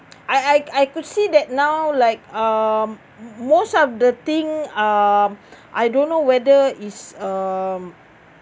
I I I could see that now like um most of the thing um I don't know whether is um